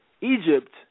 Egypt